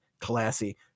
Classy